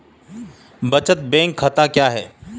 बचत बैंक खाता क्या है?